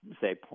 Say